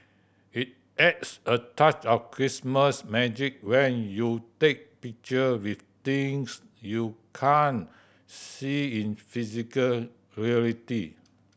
it adds a touch of Christmas magic when you take picture with things you can't see in physical reality